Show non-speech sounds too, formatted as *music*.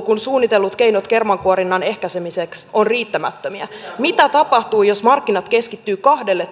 *unintelligible* kun suunnitellut keinot kermankuorinnan ehkäisemiseksi ovat riittämättömiä mitä tapahtuu jos markkinat keskittyvät kahdelle